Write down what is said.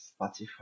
Spotify